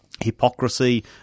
hypocrisy